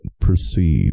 proceed